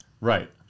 Right